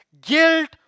guilt